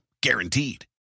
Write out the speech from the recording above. guaranteed